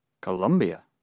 Colombia